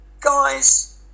Guys